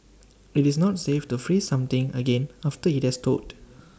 IT is not safe to freeze something again after IT has thawed